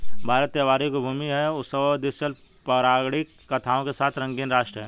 भारत त्योहारों की भूमि है, उत्सवों और दिलचस्प पौराणिक कथाओं के साथ रंगीन राष्ट्र है